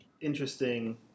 interesting